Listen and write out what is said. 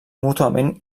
mútuament